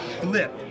Flip